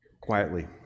quietly